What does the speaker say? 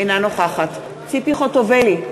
אינה נוכחת ציפי חוטובלי,